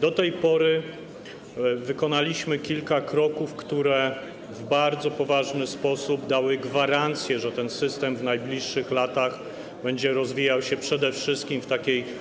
Do tej pory wykonaliśmy kilka kroków, które stanowią bardzo poważne gwarancje, że ten system w najbliższych latach będzie rozwijał się przede wszystkim